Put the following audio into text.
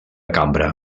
cambra